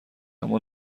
اما